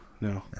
No